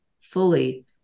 fully